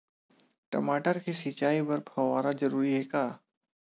टमाटर के सिंचाई बर फव्वारा जरूरी हे का?